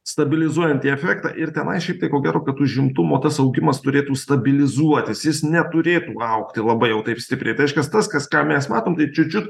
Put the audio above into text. stabilizuojantį efektą ir tenai šiaip tai ko gero kad užimtumo tas augimas turėtų stabilizuotis jis neturėtų augti labai jau taip stipriai tai reiškias tas kas ką mes matom tai čiut čiut